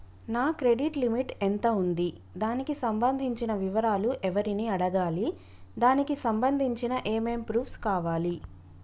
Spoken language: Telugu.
నా క్రెడిట్ లిమిట్ ఎంత ఉంది? దానికి సంబంధించిన వివరాలు ఎవరిని అడగాలి? దానికి సంబంధించిన ఏమేం ప్రూఫ్స్ కావాలి?